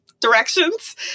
directions